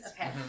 Okay